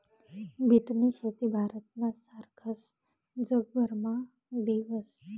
बीटनी शेती भारतना सारखस जगभरमा बी व्हस